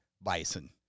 bison